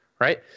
right